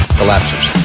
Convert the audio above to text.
collapses